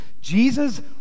Jesus